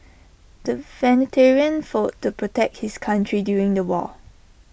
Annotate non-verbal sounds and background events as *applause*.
the *unintelligible* fought to protect his country during the war